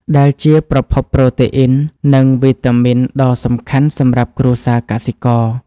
ដែលជាប្រភពប្រូតេអ៊ីន និងវីតាមីនដ៏សំខាន់សម្រាប់គ្រួសារកសិករ។